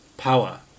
Power